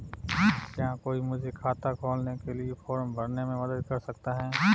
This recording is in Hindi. क्या कोई मुझे खाता खोलने के लिए फॉर्म भरने में मदद कर सकता है?